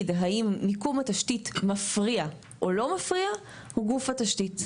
האם מיקום התשתית מפריע או לא מפריע הוא גוף התשית.